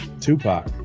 Tupac